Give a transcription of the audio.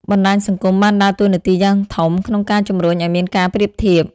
បណ្តាញសង្គមបានដើរតួនាទីយ៉ាងធំក្នុងការជំរុញឲ្យមានការប្រៀបធៀប។